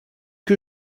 que